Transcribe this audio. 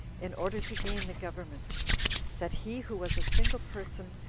in order to gain the government that he who was a single person,